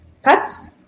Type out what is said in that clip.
pets